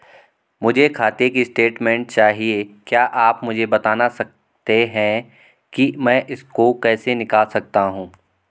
मुझे खाते की स्टेटमेंट चाहिए क्या आप मुझे बताना सकते हैं कि मैं इसको कैसे निकाल सकता हूँ?